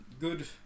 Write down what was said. good